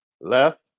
left